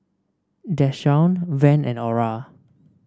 Deshaun Van and Ora